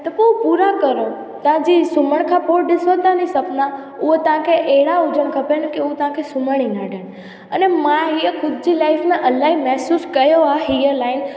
त पोइ पूरा करो तव्हांजी सुम्हण खां पोइ ॾिसो था नी सुपिना उहा तव्हांखे अहिड़ा हुजनि खपनि की उहा तव्हांखे सुम्हण ई न ॾियनि अने मां हीअ खुद जी लाइफ में इलाही महिसूसु कयो आहे हीअ लाइन